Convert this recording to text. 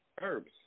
herbs